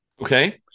okay